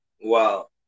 Wow